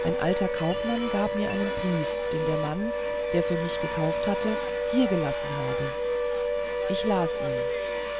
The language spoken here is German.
ein alter kaufmann gab mir einen brief den der mann der für mich gekauft hatte hiergelassen habe ich las ihn